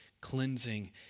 cleansing